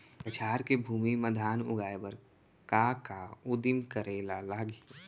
कछार के भूमि मा धान उगाए बर का का उदिम करे ला लागही?